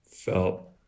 felt